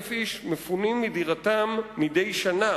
מ-1,000 איש מפונים מדירותיהם מדי שנה